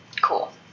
Cool